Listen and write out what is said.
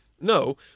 No